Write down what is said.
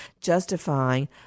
justifying